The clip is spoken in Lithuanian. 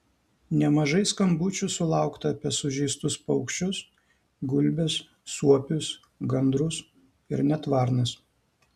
nemažai skambučių sulaukta apie sužeistus paukščius gulbes suopius gandrus ir net varnas